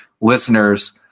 listeners